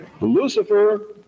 Lucifer